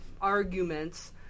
arguments